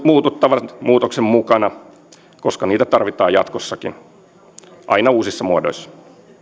muututtava muutoksen mukana koska niitä tarvitaan jatkossakin aina uusissa muodoissa